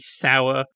sour